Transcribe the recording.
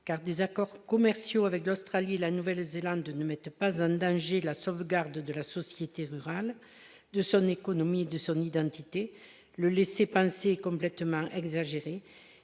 car des accords commerciaux avec l'Australie et la Nouvelle-Zélande ne mettent pas en danger de la sauvegarde de la société rurale de son économie et de son identité, le laisser penser, comme marin exagéré,